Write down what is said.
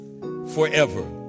forever